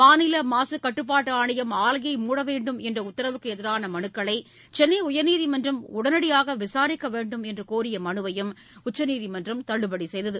மாநில மாசு கட்டுப்பாட்டு ஆணையம் ஆலையை மூட வேண்டும் என்ற உத்தரவுக்கு எதிரான மனுக்களை சென்னை உயர்நீதிமன்றம் உடனடியாக விசாரிக்க வேண்டும் என்று கோரிய மனுவையும் உச்சநீதிமன்றம் தள்ளுபடி செய்தது